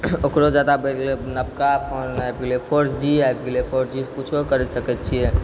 ओकरोसँ ज्यादा बढ़ि गेलै नबका फोन आबि गेलै फोर जी आबि गेलै फोर जीसँ किछु करि सकै छिए